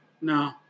No